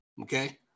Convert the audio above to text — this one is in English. Okay